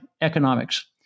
economics